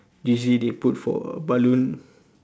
usually they put for balloon